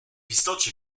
istocie